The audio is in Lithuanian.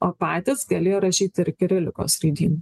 o patys galėjo rašyti ir kirilikos raidynu